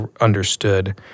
understood